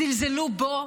זלזלו בו,